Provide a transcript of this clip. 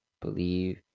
Believe